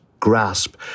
grasp